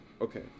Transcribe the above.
Okay